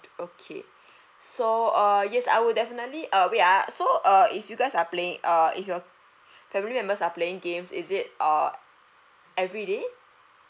okay so uh yes I would definitely uh wait ah so uh if you guys are playing uh if your family members are playing games is it err everyday